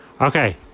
Okay